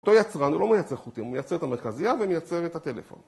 אותו יצרן, הוא לא מייצר חוטים, הוא מייצר את המרכזייה ומייצר את הטלפון